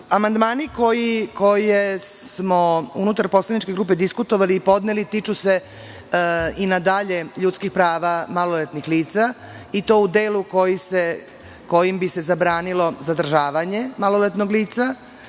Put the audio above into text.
pitanju. Amandmani koje smo unutar poslaničke grupe diskutovali ili podneli tiču se i nadalje ljudskih prava maloletnih lica i to u delu kojim bi se zabranilo zadržavanje maloletnog lica